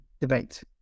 debate